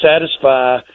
satisfy